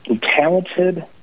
talented